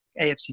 AFC